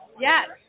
Yes